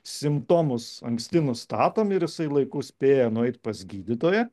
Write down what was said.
simptomus anksti nustatom ir jisai laiku spėja nueit pas gydytoją